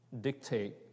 dictate